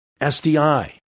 SDI